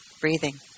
breathing